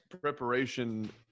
preparation